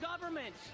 government